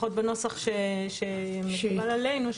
לפחות בנוסח מקובל עלינו,